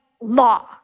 law